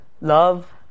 love